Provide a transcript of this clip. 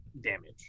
damage